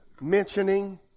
mentioning